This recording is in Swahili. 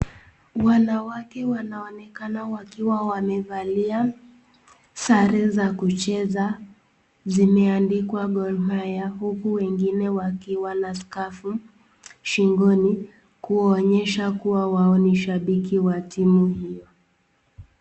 Wanawake wanaonekana wakiwa wamevalia sare za kucheza zimeandikwa Gor Mahia huku wengine wakiwa na skafu shingoni kuonyesha wao ni shabiki wa timu hiyo.